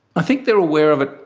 i think they are aware of it,